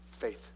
Faith